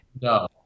No